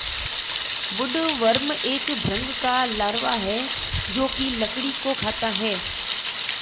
woodworm एक भृंग का लार्वा है जो की लकड़ी को खाता है